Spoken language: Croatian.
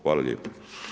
Hvala lijepo.